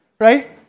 right